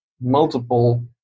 multiple